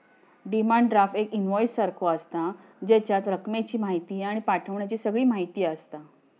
demand draft एक invoice सारखो आसता, जेच्यात रकमेची म्हायती आणि पाठवण्याची सगळी म्हायती आसता